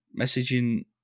messaging